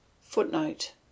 Footnote